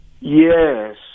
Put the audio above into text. Yes